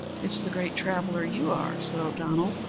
it's the great traveller you are, said o'donnell.